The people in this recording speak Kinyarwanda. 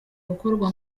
gukorwa